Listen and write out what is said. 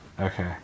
Okay